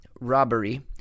robbery